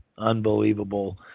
unbelievable